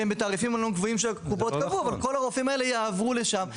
שהם בתעריפים קבועים שהקופות קבעו וכל הרופאים האלו יעברו לשם,